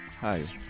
hi